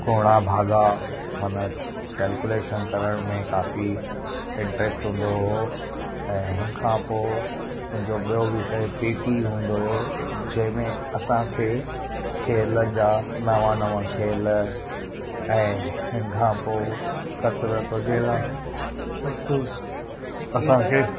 घुणा भागा मन कैल्कुलेशन करण में काफ़ी इंट्रैस्ट हूंदो हुओ ऐं हुन खां पोइ मुंहिंजो ॿियो विषय पीटी हूंदो हुओ जंहिंमें असांखे खेलनि जा नवा नवा खेल ऐं हिन खां पो कसिरत वग़ैरह सभु कुझु असांखे